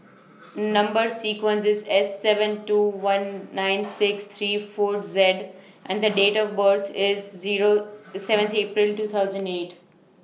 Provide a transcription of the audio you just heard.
Number sequence IS S seven two one nine six three four Z and The Date of birth IS Zero seventy April two thousand eight